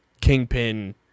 Kingpin